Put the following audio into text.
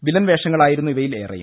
villain വേഷങ്ങളായിരുന്നു ഇവയിൽ ഏറെയും